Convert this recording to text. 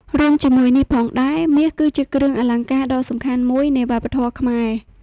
រួមជាមួយនេះផងដែរ មាស គឺជាគ្រឿងអលង្ការដ៏សំខាន់មួយនៃវប្បធម៌ខ្មែរ។